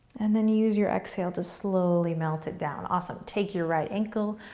and then use your exhale to slowly melt it down. awesome. take your right ankle,